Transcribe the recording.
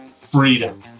freedom